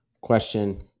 Question